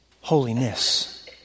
holiness